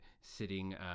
sitting